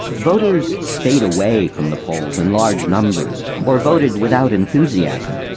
voters stayed away from the polls in large numbers, or voted without enthusiasm.